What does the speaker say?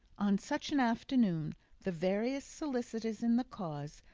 on such an afternoon the various solicitors in the cause,